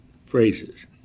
phrases